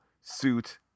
suit